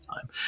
time